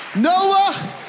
Noah